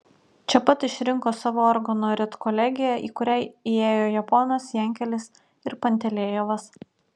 čia pat išrinko savo organo redkolegiją į kurią įėjo japonas jankelis ir pantelejevas